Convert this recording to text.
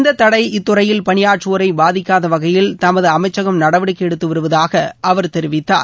இந்த தடை இத்துறையில் பணியாற்றுவோரை பாதிக்காத வகையில் தமது அமைச்சகம் நடவடிக்கை எடுத்து வருவதாக அவர் தெரிவித்தார்